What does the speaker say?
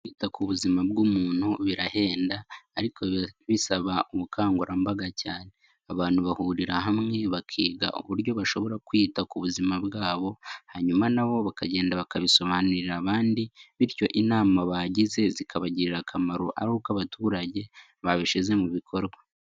Kwita ku buzima bw'umuntu birahenda ariko biba bisaba ubukangurambaga cyane, abantu bahurira hamwe bakiga uburyo bashobora kwita ku buzima bwabo hanyuma nabo bakagenda bakabisobanurira abandi bityo inama bagize zikabagirira akamaro ari uko abaturage babishyize mu bikorwa.